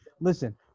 listen